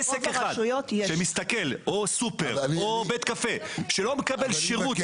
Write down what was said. עסק אחר, בית קפה או סופר שלא מקבל שירות